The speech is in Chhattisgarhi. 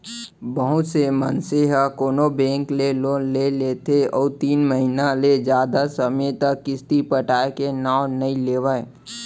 बहुत से मनसे ह कोनो बेंक ले लोन ले लेथे अउ तीन महिना ले जादा समे तक किस्ती पटाय के नांव नइ लेवय